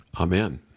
Amen